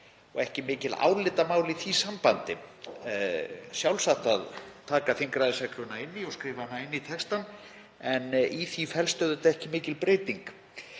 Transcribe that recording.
og ekki mikil álitamál í því sambandi. Það er sjálfsagt að taka þingræðisregluna inn og skrifa hana inn í textann en í því felst auðvitað ekki mikil breyting.